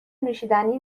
نوشیدنی